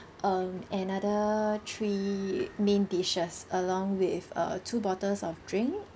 um another three main dishes along with uh two bottles of drink